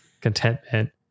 contentment